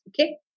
Okay